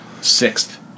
sixth